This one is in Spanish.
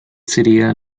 sería